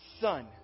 Son